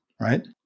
right